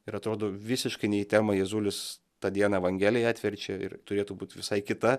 ir atrodo visiškai ne į temą jėzulis tą dieną evangelija atverčia ir turėtų būt visai kita